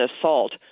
assault